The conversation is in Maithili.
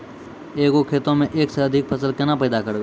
एक गो खेतो मे एक से अधिक फसल केना पैदा करबै?